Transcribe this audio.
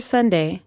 Sunday